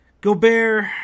Gobert